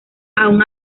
aun